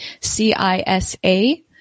CISA